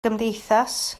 gymdeithas